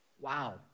Wow